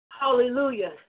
Hallelujah